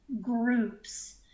groups